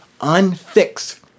unfixed